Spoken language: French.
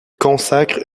consacre